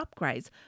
upgrades